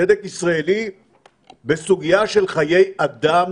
צדק ישראלי בסוגיה של חיי אדם